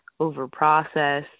overprocessed